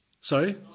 sorry